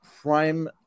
prime